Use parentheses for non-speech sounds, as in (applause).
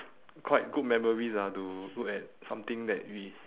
(noise) quite good memories ah to look at something that we